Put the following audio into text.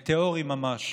מטאורי ממש,